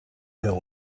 hill